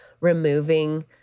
removing